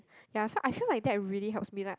ya so I feel like that really helps me like